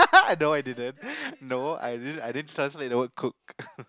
no I didn't no I didn't I didn't translate the whole cook